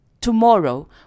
Tomorrow